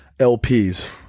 LPs